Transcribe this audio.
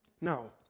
Now